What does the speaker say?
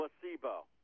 Placebo